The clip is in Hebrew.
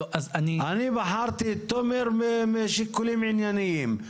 אני בחרתי את תומר משיקולים עניינים,